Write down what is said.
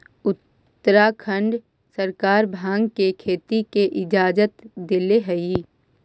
उत्तराखंड सरकार भाँग के खेती के इजाजत देले हइ